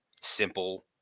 simple